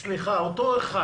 אותו אחד